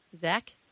Zach